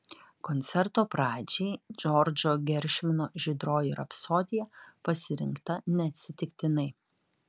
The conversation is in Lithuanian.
koncerto pradžiai džordžo geršvino žydroji rapsodija pasirinkta neatsitiktinai